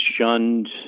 shunned